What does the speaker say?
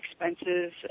expenses